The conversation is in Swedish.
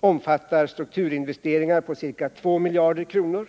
omfattar strukturinvesteringar på ca 2 miljarder kronor.